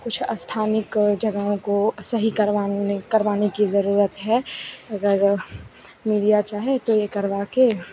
कुछ स्थानिक जगहों को सही करवाने करवाने की ज़रुरत है अगर मीडिया चाहे तो ये करवा के